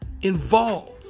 involved